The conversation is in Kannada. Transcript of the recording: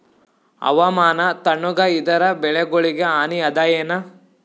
ಹವಾಮಾನ ತಣುಗ ಇದರ ಬೆಳೆಗೊಳಿಗ ಹಾನಿ ಅದಾಯೇನ?